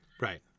right